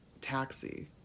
taxi